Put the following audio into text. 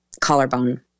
collarbone